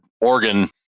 Oregon